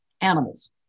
animals